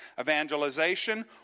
evangelization